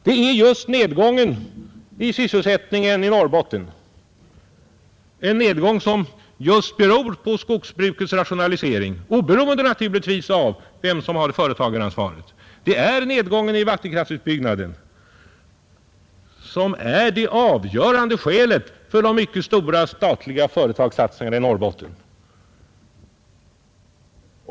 Det är just nedgången i sysselsättningen i Norrbotten, en nedgång som beror på skogsbrukets rationalisering, naturligtvis oberoende av vem som har företagaransvaret, och nedgången i vattenkraftsutbyggnaden, som är det avgörande skälet för de mycket stora statliga företagssatsningarna i Norrbotten.